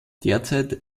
derzeit